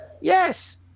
yes